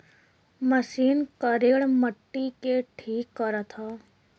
machine करेड़ मट्टी के ठीक करत हौ